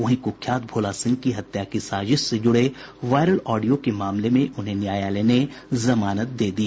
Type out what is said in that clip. वहीं कुख्यात भोला सिंह की हत्या की साजिश से जुड़े वायरल ऑडियो के मामले में उन्हें न्यायालय ने जमानत दे दी